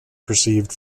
perceived